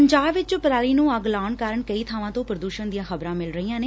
ਪੰਜਾਬ ਚ ਪਰਾਲੀ ਨੂੰ ਅੱਗ ਲਾਉਣ ਕਾਰਨ ਕਈ ਬਾਵਾਂ ਤੋਂ ਪ੍ਰਦੁਸ਼ਣ ਦੀਆਂ ਖ਼ਬਰਾਂ ਮਿਲ ਰਹੀਆਂ ਨੇ